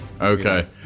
Okay